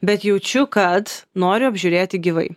bet jaučiu kad noriu apžiūrėti gyvai